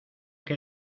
que